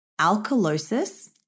alkalosis